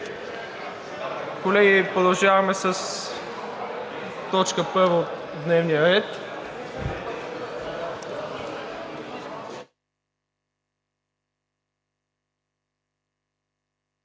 Колеги, продължаваме с точка първа от дневния ред: